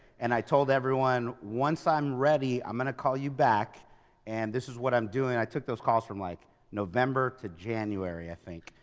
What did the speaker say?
and i told everyone, once i'm ready, i'm going to call you back and this is what i'm doing. and i took those calls from like november to january, i think,